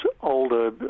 older